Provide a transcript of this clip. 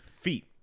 Feet